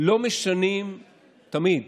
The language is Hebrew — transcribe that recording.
לא משנים תמיד